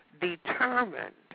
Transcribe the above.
determined